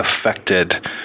affected